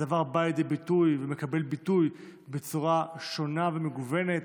הדבר בא לידי ביטוי ומקבל ביטוי ומקבל ביטוי בצורה שונה ומגוונת.